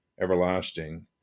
everlasting